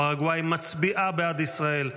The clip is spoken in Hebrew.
פרגוואי מצביעה בעד ישראל,